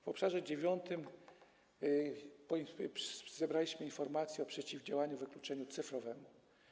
W obszarze dziewiątym zebraliśmy informacje o przeciwdziałaniu wykluczeniu cyfrowemu.